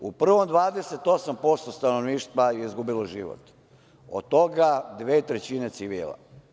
U Prvom svetskom ratu 28% stanovništva je izgubilo život, od toga 2/3 civila.